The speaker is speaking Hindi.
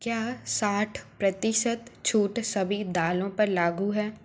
क्या साठ प्रतिशत छूट सभी दालों पर लागू है